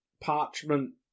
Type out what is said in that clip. parchment